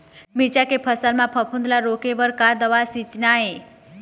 मिरचा के फसल म फफूंद ला रोके बर का दवा सींचना ये?